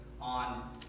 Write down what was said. on